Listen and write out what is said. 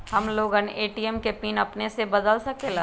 हम लोगन ए.टी.एम के पिन अपने से बदल सकेला?